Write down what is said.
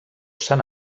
san